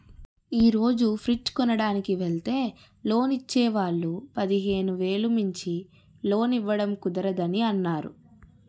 ఈ రోజు ఫ్రిడ్జ్ కొనడానికి వెల్తే లోన్ ఇచ్చే వాళ్ళు పదిహేను వేలు మించి లోన్ ఇవ్వడం కుదరదని అన్నారు